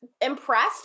impressed